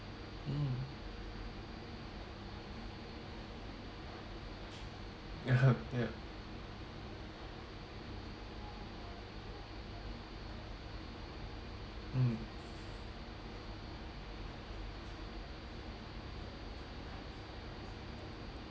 mm yup mm